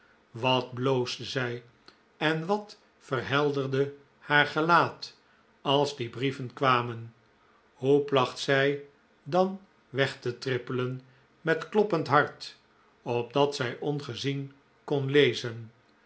wat bloosde zij en wat verhelderde haar gelaat als die brieven kwamen hoe placht zij dan weg te trippelen met kloppend hart opdat zij ongezien kon lezen